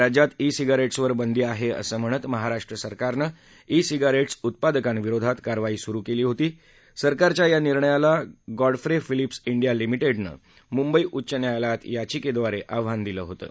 राज्यात ई सिगारेट्सवर बंदी आहे असं म्हणत महाराष्ट्र सरकारनं ई सिगारेट्स उत्पादकांविरोधात कारवाई सुरु केली होती सरकारच्या या निर्णयाला गॉडफ्रे फिलिप्स डिया लिमिटेडनं मुंबई उच्च न्यायालयात याचिकेवर आव्हान दिलं होतं